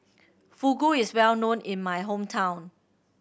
fugu is well known in my hometown